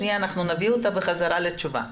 אנחנו נביא אותה בחזרה לתשובה.